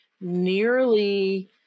nearly